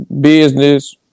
Business